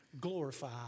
glorify